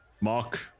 mark